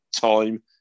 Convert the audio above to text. time